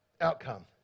outcome